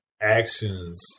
actions